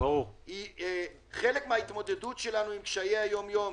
היא חלק מהתמודדות שלנו עם קשיי היום-יום,